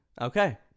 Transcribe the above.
Okay